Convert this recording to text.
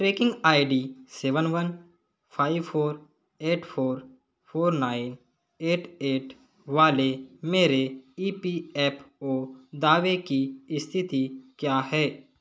trekking I D seven one five four eight four four nine eight eight वाले मेरे E P F O दावे की स्थिति क्या है